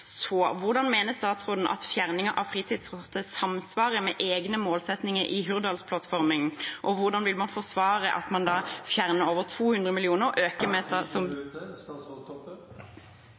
Hvordan mener statsråden at fjerningen av fritidskortet samsvarer med egne målsettinger i Hurdalsplattformen, og hvordan vil man forsvare at man da fjerner over 200 mill. kr og øker